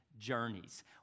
Journeys